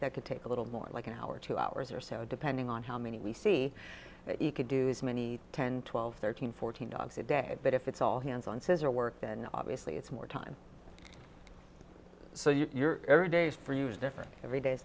that could take a little more like an hour or two hours or so depending on how many we see but you could do so many ten twelve thirteen fourteen dogs a day but if it's all hands on scissor work then obviously it's more time so your every day for use different every day is